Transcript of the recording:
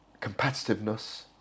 competitiveness